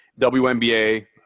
WNBA